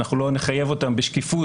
אנחנו לא נחייב אותם בשקיפות,